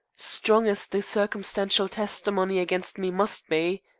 strong as the circumstantial testimony against me must be.